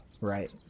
Right